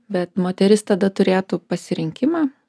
bet moteris tada turėtų pasirinkimą